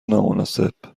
نامناسب